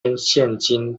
现今